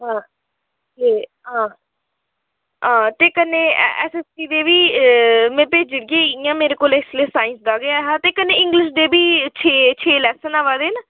होर ते हां हां ते कन्ने एसएसटी दे बी में भेजी ओड़गी इ'यां मेरे कोल इसलै साईंस दा गै ऐहा ते कन्नै इंग्लिश दे बी छे छे लैसन आवा दे न